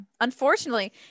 unfortunately